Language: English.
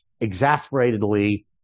exasperatedly